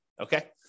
okay